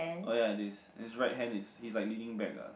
oh ya his his right hand is he is like leading back